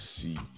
see